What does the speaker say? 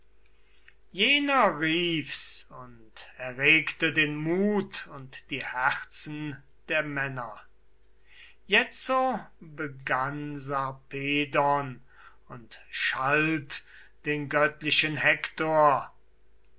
jener riefs und erregte den mut und die herzen der männer jetzo begann sarpedon und schalt den göttlichen hektor